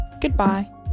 Goodbye